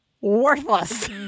worthless